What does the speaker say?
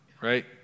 right